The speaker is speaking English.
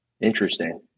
Interesting